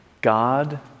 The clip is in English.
God